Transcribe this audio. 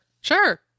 sure